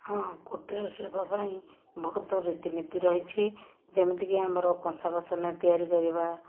ହଁ କୁଟୀର ଶିଳ୍ପ ପାଇଁ ବହୁତ ରୀତିନୀତି ରହିଛି ଯେମିତିକି ଆମର କଂସା ବାସନ ତିଆରି କରିବା